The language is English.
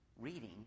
reading